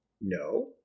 No